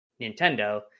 Nintendo